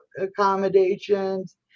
accommodations